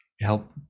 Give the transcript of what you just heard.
help